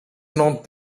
not